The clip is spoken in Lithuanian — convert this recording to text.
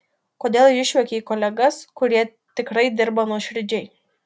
kodėl išjuokei kolegas kurie tikrai dirba nuoširdžiai